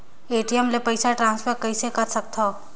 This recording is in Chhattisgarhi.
ए.टी.एम ले पईसा ट्रांसफर कइसे कर सकथव?